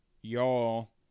y'all